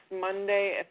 Monday